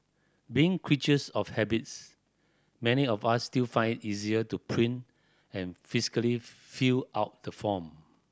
being creatures of habits many of us still find it easier to print and physically fill out the form